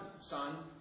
son